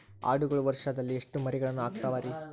ಆಡುಗಳು ವರುಷದಲ್ಲಿ ಎಷ್ಟು ಮರಿಗಳನ್ನು ಹಾಕ್ತಾವ ರೇ?